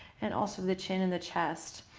and also the chin and the chest,